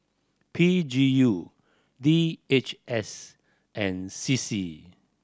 P G U D H S and C C